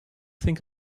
think